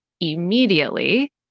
immediately